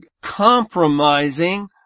compromising